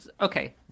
Okay